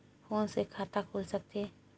Phone से खाता खुल सकथे?